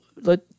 let